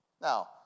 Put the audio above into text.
Now